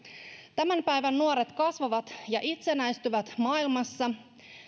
tämän päivän nuoret kasvavat ja itsenäistyvät maailmassa